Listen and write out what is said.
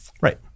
Right